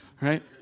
right